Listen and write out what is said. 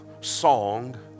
song